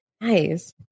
Nice